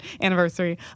anniversary